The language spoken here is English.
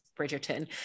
Bridgerton